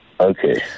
Okay